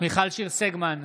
מיכל שיר סגמן,